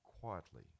quietly